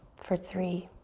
for three,